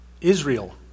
Israel